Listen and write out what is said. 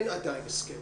אין עדיין הסכם.